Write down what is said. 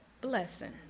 blessing